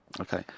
Okay